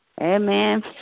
amen